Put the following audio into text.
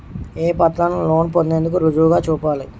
ఏ పత్రాలను లోన్ పొందేందుకు రుజువుగా చూపాలి?